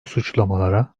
suçlamalara